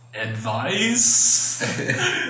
advice